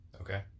Okay